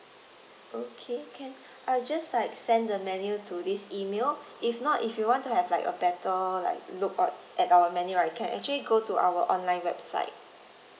okay can I'll just like send the menu to this email if not if you want to have like a better like look on at our menu right you can actually go to our online website